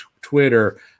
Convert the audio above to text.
Twitter